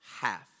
Half